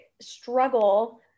struggle